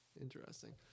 Interesting